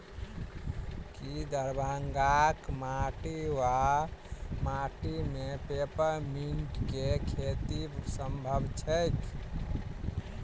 की दरभंगाक माटि वा माटि मे पेपर मिंट केँ खेती सम्भव छैक?